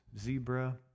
zebra